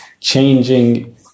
changing